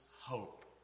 hope